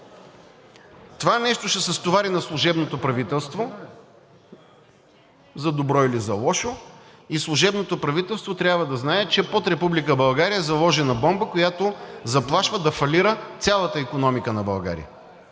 Това нещо ще се стовари на служебното правителство за добро или за лошо и служебното правителство трябва да знае, че под Република България е заложена бомба, която заплашва да фалира цялата икономика на България!